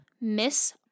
Miss